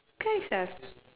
guys are